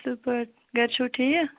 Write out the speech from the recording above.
اصٕل پٲٹھۍ گَرِ چھِو ٹھیٖک